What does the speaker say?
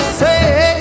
say